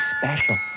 special